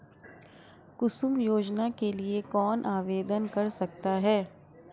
कुसुम योजना के लिए कौन आवेदन कर सकता है?